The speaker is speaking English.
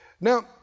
Now